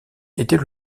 était